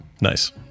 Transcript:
Nice